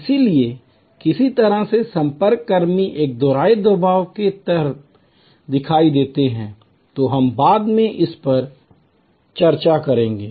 इसलिए किसी तरह से संपर्क कर्मी एक दोहरे दबाव के तहत दिखाई देते हैं तो हम बाद में इस पर चर्चा करेंगे